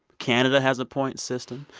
canada has a point system.